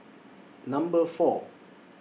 Number four